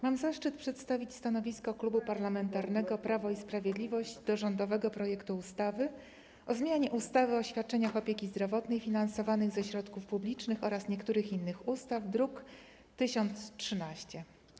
Mam zaszczyt przedstawić stanowisko Klubu Parlamentarnego Prawo i Sprawiedliwość wobec rządowego projektu ustawy o zmianie ustawy o świadczeniach opieki zdrowotnej finansowanych ze środków publicznych oraz niektórych innych ustaw, druk nr 1013.